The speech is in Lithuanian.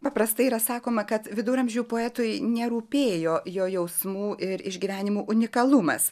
paprastai yra sakoma kad viduramžių poetui nerūpėjo jo jausmų ir išgyvenimų unikalumas